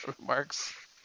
remarks